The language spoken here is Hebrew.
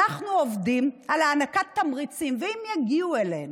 אנחנו עובדים על הענקת תמריצים, ואם יגיעו אלינו,